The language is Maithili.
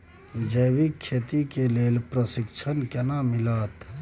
जैविक खेती के लेल प्रशिक्षण केना मिलत?